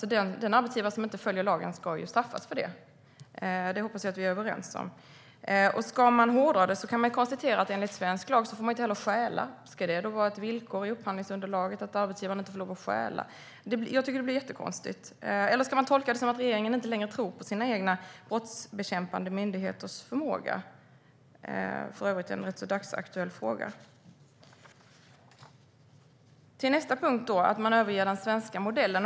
Den arbetsgivare som inte följer lagen ska straffas. Det hoppas jag att vi är överens om. Låt oss hårdra det. Enligt svensk lag får man inte stjäla. Ska det då vara ett villkor i upphandlingsunderlaget att arbetsgivaren inte får lova att stjäla? Det blir jättekonstigt. Eller ska jag tolka det som att regeringen inte längre tror på sina brottsbekämpande myndigheters förmåga? Det är för övrigt en ganska dagsaktuell fråga. Vidare handlar det om att överge den svenska modellen.